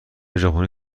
ژاپنی